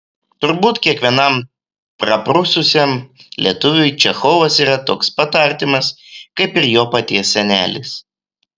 turbūt kiekvienam praprususiam lietuviui čechovas yra toks pat artimas kaip ir jo paties senelis